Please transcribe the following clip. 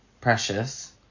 Precious